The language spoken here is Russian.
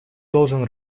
должен